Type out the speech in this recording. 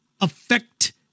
affect